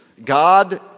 God